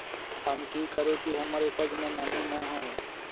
हम की करू की हमर उपज में नमी न होए?